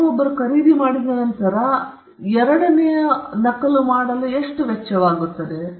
Windows 7ನ ಮತ್ತೊಂದು ನಕಲನ್ನು ಮಾಡಲು ಯಾರಿಗಾದರೂ ವೆಚ್ಚವಾಗುತ್ತದೆ